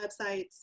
websites